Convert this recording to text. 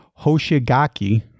hoshigaki